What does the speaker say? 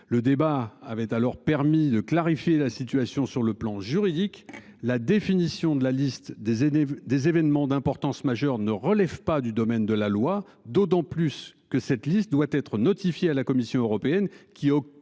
Le débat avait alors permis de clarifier la situation sur le plan juridique, la définition de la liste des aînés des événements d'importance majeure ne relève pas du domaine de la loi d'autant plus que cette liste doit être notifié à la Commission européenne